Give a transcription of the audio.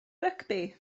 rygbi